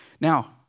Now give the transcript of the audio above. Now